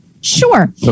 Sure